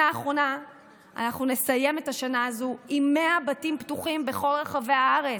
אנחנו נסיים את השנה הזאת עם 100 בתים פתוחים בכל רחבי הארץ,